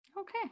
Okay